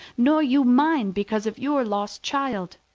nor you mine because of your lost child.